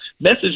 Message